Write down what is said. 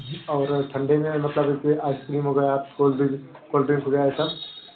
और ठंडे में मतलब जैसे आइस क्रीम हो गया कोल्ड ड्रिंक कोल्ड ड्रिंक हो गया यह सब